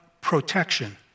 protection